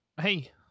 Hey